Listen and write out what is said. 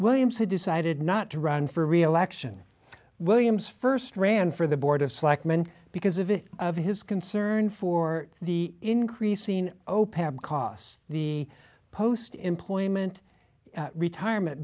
williams he decided not to run for reelection williams first ran for the board of selectmen because of it of his concern for the increasing opap cost the post employment at retirement